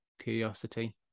curiosity